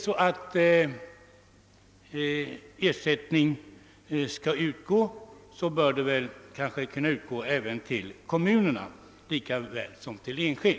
Skall ersättning utgå, bör den väl kunna utgå till kommuner lika väl som till enskilda.